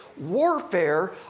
warfare